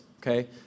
okay